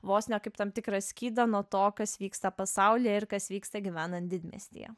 vos ne kaip tam tikrą skydą nuo to kas vyksta pasaulyje ir kas vyksta gyvenant didmiestyje